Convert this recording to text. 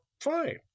fine